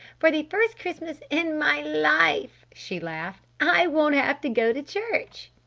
for the first christmas in my life, she laughed, i won't have to go to church!